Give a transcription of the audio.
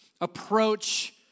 approach